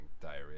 diarrhea